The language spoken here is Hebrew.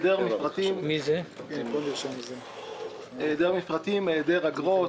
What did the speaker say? מפרטים, היעדר אגרות,